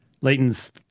Leighton's